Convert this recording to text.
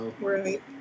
Right